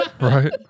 right